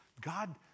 God